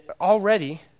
Already